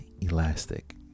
elastic